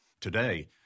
Today